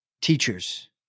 teachers